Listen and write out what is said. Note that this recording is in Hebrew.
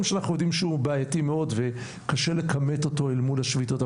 שאנחנו יודעים שהוא בעייתי מאוד וקשה לכמת אותו אל מול השביתות.